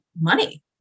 money